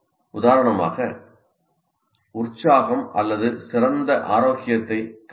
உதாரணமாக உற்சாகம் அல்லது சிறந்த ஆரோக்கியத்தைக் கவனியுங்கள்